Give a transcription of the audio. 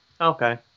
Okay